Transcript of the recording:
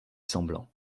semblant